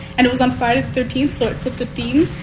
and it was on friday the thirteenth so it fit the theme.